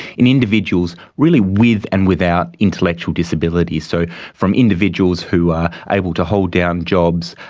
in individuals really with and without intellectual disability, so from individuals who are able to hold down jobs,